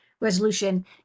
resolution